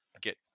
get